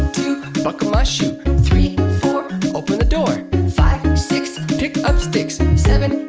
two buckle my shoe three, four open the door five, six pick up sticks seven,